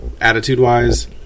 attitude-wise